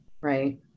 right